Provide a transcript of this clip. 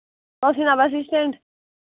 Toshina bus stand